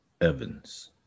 Evans